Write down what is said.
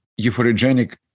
euphorogenic